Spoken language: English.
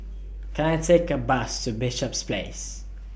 Can I Take A Bus to Bishops Place